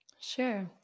sure